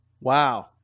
Wow